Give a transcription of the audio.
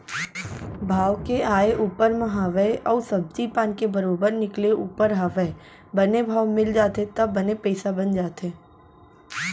भाव के आय ऊपर म हवय अउ सब्जी पान के बरोबर निकले ऊपर हवय बने भाव मिल जाथे त बने पइसा बन जाथे